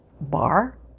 bar